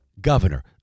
governor